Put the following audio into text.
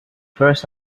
first